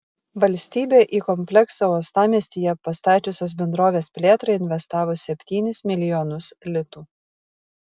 valstybė į kompleksą uostamiestyje pastačiusios bendrovės plėtrą investavo septynis milijonus litų